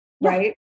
right